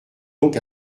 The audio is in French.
donc